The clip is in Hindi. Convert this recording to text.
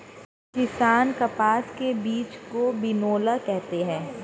किसान कपास के बीज को बिनौला कहते है